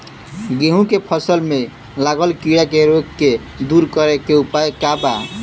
गेहूँ के फसल में लागल कीड़ा के रोग के दूर करे के उपाय का बा?